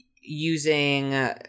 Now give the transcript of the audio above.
using